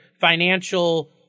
financial